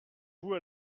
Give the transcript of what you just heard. vous